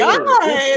God